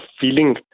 feeling